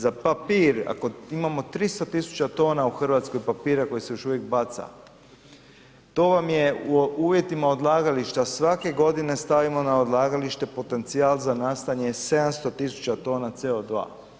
Za papir, ako imamo 300 000 tona u Hrvatskoj papira koji se još uvijek baca, to vam je u uvjetima odlagališta, svake godine stavimo na odlagalište potencijal za nastajanje 700 000 tona CO2.